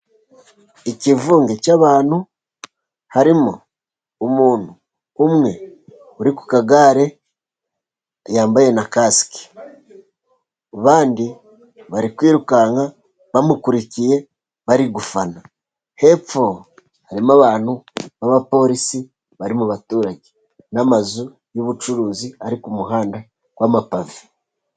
Ikivunge cy'abantu, harimo umuntu umwe uri ku kagare, yambaye na kasike abandi bari kwirukanka bamukurikiye, bari gufana, hepfo harimo abantu b'abaporisi bari mu baturage n'amazu y'ubucuruzi ari ku muhanda w'amapavi.